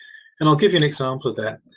and i'll give you an example of that.